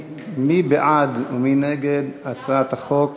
מי בעד ומי נגד הצעת החוק